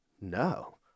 no